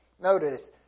Notice